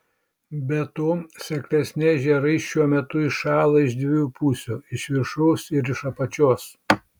be to seklesni ežerai šiuo metu įšąla iš dviejų pusių iš viršaus ir iš apačios